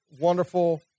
wonderful